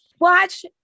Watch